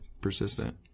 persistent